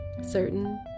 Certain